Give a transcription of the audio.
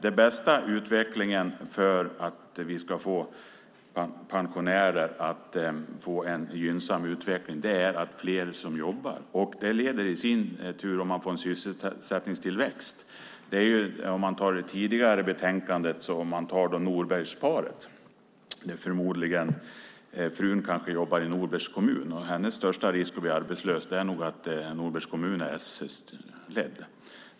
Det bästa för att vi ska få en gynnsam utveckling för pensionärer är fler som jobbar. Om man tar det tidigare betänkandet och Norbergsparet jobbar kanske frun i Norbergs kommun. Hennes största risk att bli arbetslös är nog att Norbergs kommun är s-ledd.